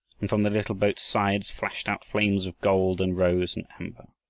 and from the little boat's sides flashed out flames of gold and rose and amber.